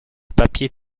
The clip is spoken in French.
papier